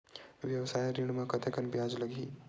व्यवसाय ऋण म कतेकन ब्याज लगही?